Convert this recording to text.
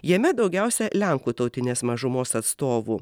jame daugiausia lenkų tautinės mažumos atstovų